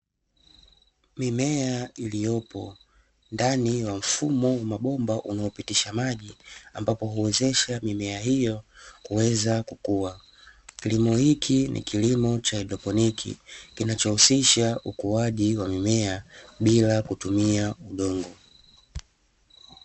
Mimea iliyopo ndani ya mfumo wa mabomba, unaopitisha maji ambapo huwezesha mimea hiyo kuweza kukua. Kilimo hiki ni kilimo cha haidroponi kinachohusisha ukuaji wa mimea, bila kutumia udongo.